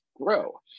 grow